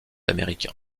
américain